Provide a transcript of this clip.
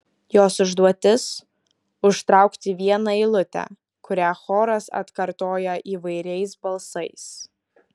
jos užduotis užtraukti vieną eilutę kurią choras atkartoja įvairiais balsais